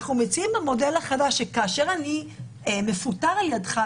אנחנו מציעים במודל החדש שכאשר אני מפוטר על ידך,